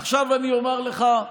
עכשיו אני אומר לך,